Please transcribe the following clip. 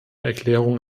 erklärung